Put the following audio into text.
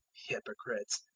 hypocrites,